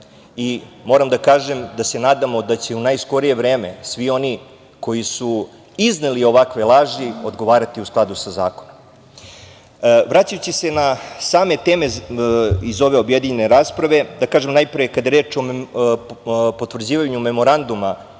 i moram da kažem da se nadamo da će u najskorije vreme svi oni koji su izneli ovakve laži, odgovarati u skladu sa zakonom. Vraćajući se na same teme iz ove objedinjene rasprave, najpre kada je reč o potvrđivanju Memoranduma